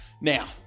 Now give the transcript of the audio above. now